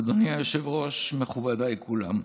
אדוני היושב-ראש, מכובדיי כולם,